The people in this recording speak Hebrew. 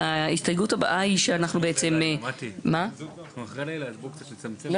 ההסתייגות הבאה היא בעצם לא לקבוע את זה כחוק קבוע,